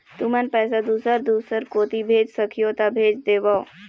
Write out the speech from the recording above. तुमन पैसा दूसर दूसर कोती भेज सखीहो ता भेज देवव?